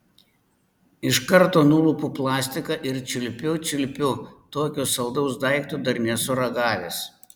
iš karto nulupu plastiką ir čiulpiu čiulpiu tokio saldaus daikto dar nesu ragavęs